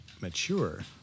mature